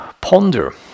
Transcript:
ponder